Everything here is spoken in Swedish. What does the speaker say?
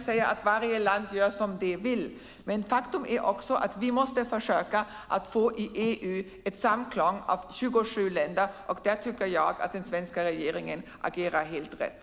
säga att varje land gör som det vill, men faktum är att vi måste försöka få samstämmighet bland EU:s 27 länder. Där tycker jag att den svenska regeringen agerar helt rätt.